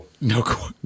No